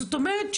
זאת אומרת,